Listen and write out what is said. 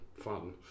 fun